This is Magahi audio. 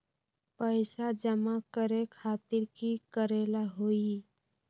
पैसा जमा करे खातीर की करेला होई?